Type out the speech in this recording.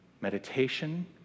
meditation